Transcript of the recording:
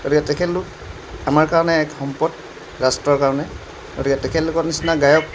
গতিকে তেখেতলোক আমাৰ কাৰণে সম্পদ ৰাষ্ট্ৰৰ কাৰণে গতিকে তেখেতলোকৰ নিচিনা গায়ক